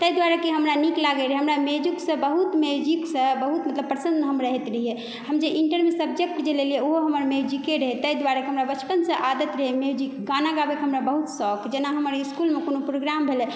ताहि दुआरे कि हमरा नीक लागै रहै हमरा म्यूजिक से बहुत म्यूजिक से बहुत मतलब प्रसन्न हम रहैत रहिए हम जे इन्टरमे सब्जैक्ट जे लेलिए ओहो हमर म्यूजिके रहै ताहि दुआरे हमरा बचपन से आदत रहै म्यूजिक गाना गाबैके हमरा बहुत शौक जेना हमर इसकुलमे कोनो प्रोग्राम भेलै